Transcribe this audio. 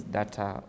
data